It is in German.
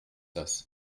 das